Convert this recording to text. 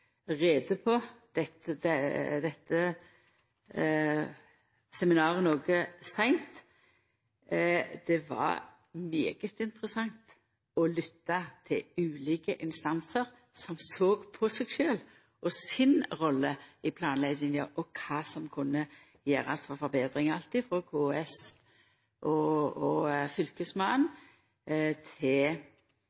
dette seminaret noko seint. Det var svært interessant å lytta til ulike instansar som såg på seg sjølve og si rolle i planlegginga, og kva som kunne gjerast for forbetring – alt frå KS og fylkesmannen til representant for kvalitetssikrarane og